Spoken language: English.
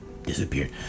disappeared